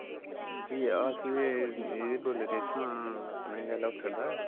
जी अस ते एह् एह् बोलै दे इत्थुआं अपने गै लोथर दा